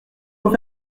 faut